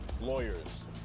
lawyers